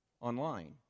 online